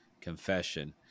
confession